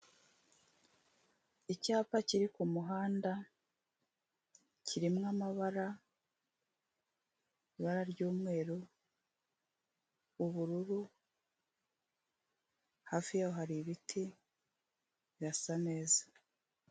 Icyapa kiri ku muhanda kirimo amabara, ibara ry'umweru, ubururu, hafi hari ibiti birasa neza.